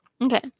Okay